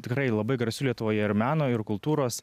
tikrai labai garsių lietuvoje ir meno ir kultūros